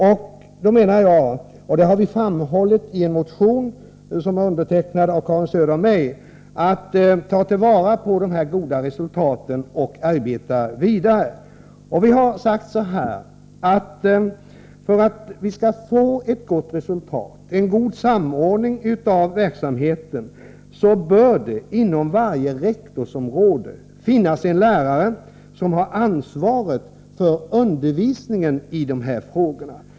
Karin Söder och jag har i en motion framhållit att det är viktigt att vi tar vara på de goda resultat som har uppnåtts och arbetar vidare. För att vi skall få ett gott resultat och en bra samordning av verksamheten bör det inom varje rektorsområde finnas en lärare som har ansvaret för undervisningen i drogfrågor.